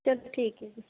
ਚ ਠੀਕ ਹੈ ਜੀ